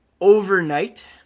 overnight